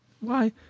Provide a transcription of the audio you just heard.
Why